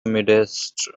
midst